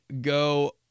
Go